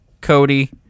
Cody